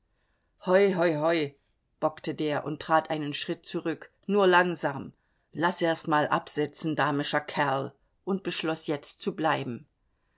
hoi hoi hoi bockte der und trat einen schritt zurück nur langsam laß erst mal absitzen damischer kerl und beschloß jetzt zu bleiben